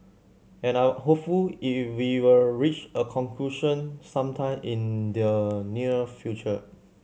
and I'm hopeful you we will reach a conclusion some time in the near future